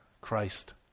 Christ